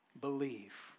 believe